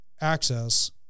access